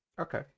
okay